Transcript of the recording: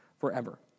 forever